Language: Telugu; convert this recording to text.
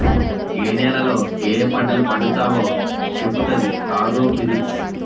ఏ నేలలో యాయా పంటలు పండుతావో చెప్పుతాది ఆగ్రో ఫిజిక్స్